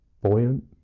buoyant